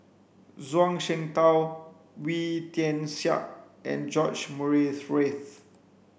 Zhuang Shengtao Wee Tian Siak and George Murray Reith